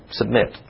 submit